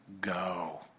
go